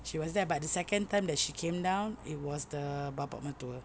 she was there but the second time that she came down it was the bapa mertua